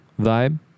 vibe